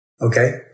Okay